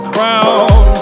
Crown